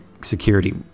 security